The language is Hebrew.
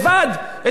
באמת תודה רבה.